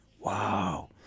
Wow